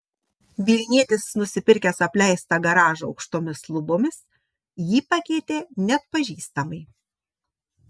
vilnietis nusipirkęs apleistą garažą aukštomis lubomis jį pakeitė neatpažįstamai